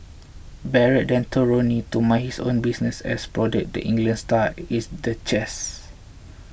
barrett then told Rooney to mind his own business and prodded the England star is the chest